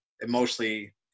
emotionally